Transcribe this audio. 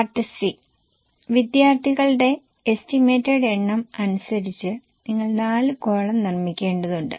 part C വിദ്യാർത്ഥികളുടെ estimated എണ്ണം അനുസരിച്ച് നിങ്ങൾ 4 കോളം നിർമ്മിക്കേണ്ടതുണ്ട്